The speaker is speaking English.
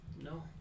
No